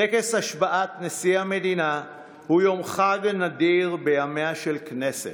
טקס השבעת נשיא המדינה הוא יום חג נדיר בימיה של הכנסת.